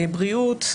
בריאות,